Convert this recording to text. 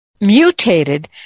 mutated